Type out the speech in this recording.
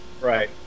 Right